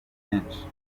menshi